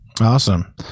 Awesome